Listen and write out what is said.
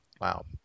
wow